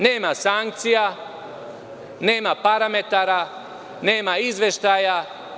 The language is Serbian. Nema sankcija, nema parametara, nema izveštaja.